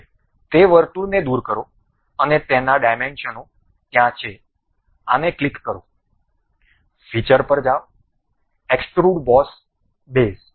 હવે તે વર્તુળને દૂર કરો અને તેના ડાયમેન્શનો ત્યાં છે આને ક્લિક કરો ફીચર પર જાઓ એક્સ્ટ્રુડ બોસ બેઝ